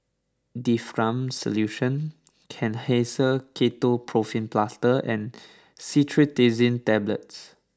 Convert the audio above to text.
Difflam Solution Kenhancer Ketoprofen Plaster and Cetirizine Tablets